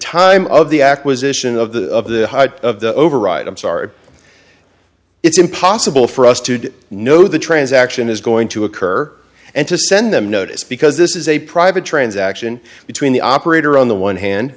time of the acquisition of the of the of the override i'm sorry it's impossible for us to know the transaction is going to occur and to send them notice because this is a private transaction between the operator on the one hand